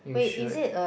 you should